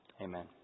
amen